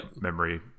memory